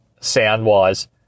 sound-wise